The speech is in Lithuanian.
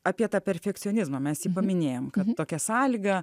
apie tą perfekcionizmą mes jį paminėjom kad tokia sąlyga